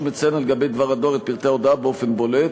לציין על-גבי דבר הדואר את פרטי ההודעה באופן בולט